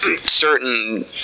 certain